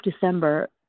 December